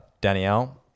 Danielle